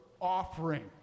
offering